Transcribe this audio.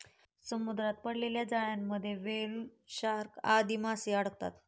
समुद्रात पडलेल्या जाळ्यांमध्ये व्हेल, शार्क आदी माशे अडकतात